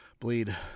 bleed